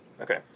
Okay